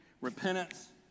repentance